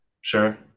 Sure